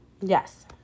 Yes